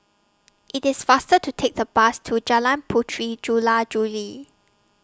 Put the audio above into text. IT IS faster to Take The Bus to Jalan Puteri Jula Juli